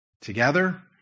together